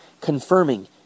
confirming